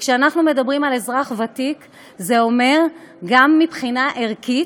וכשאנחנו מדברים על "אזרח ותיק" זה אומר גם מבחינה ערכית,